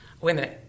Women